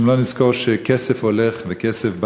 אם לא נזכור שכסף הולך וכסף בא,